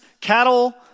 cattle